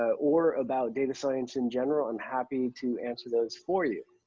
ah or about data science in general. i'm happy to answer those for you.